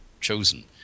chosen